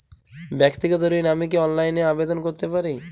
ব্যাক্তিগত ঋণ আমি কি অনলাইন এ আবেদন করতে পারি?